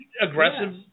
aggressive